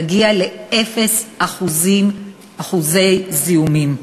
להגיע לאפס אחוזי זיהומים.